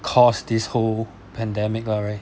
cause this whole pandemic lah right